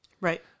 Right